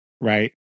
right